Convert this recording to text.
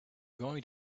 going